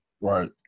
right